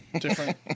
Different